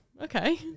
okay